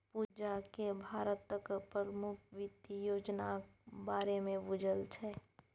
पूजाकेँ भारतक प्रमुख वित्त योजनाक बारेमे बुझल छै